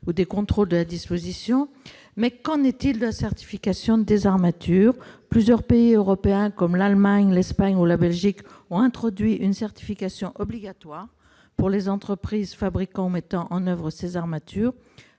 ou des contrôles de la disposition des armatures. Mais qu'en est-il de la certification des armatures ? Plusieurs pays européens, comme l'Allemagne, l'Espagne, la Belgique, ont introduit une certification obligatoire pour les entreprises fabricant ou mettant en oeuvre ces armatures.